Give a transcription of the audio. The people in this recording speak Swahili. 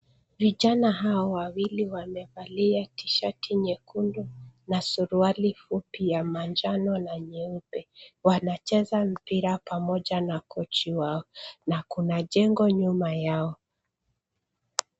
Vijana hawa wawili wamevalia tishati nyekundu na suruali fupi ya manjano na nyeupe. Wanacheza mpira pamoja na kocha wao na kuna jengo nyuma yao.